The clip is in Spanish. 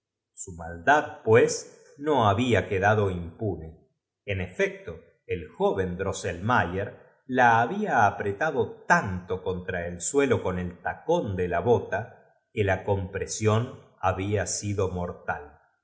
su malda d pues no había quedado impun e en efecto el joven drosse lmaye r la babia apretado tan to contra el suelo con el tacón de la bota que la compresión babia sido mortal